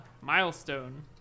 milestone